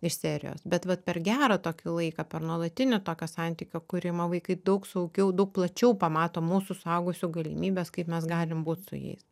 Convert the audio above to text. iš serijos bet vat per gerą tokį laiką per nuolatinį tokio santykio kūrimą vaikai daug saugiau daug plačiau pamato mūsų suaugusių galimybes kaip mes galim būt su jais